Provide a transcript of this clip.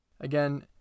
Again